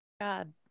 God